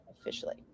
officially